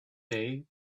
day